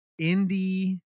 indie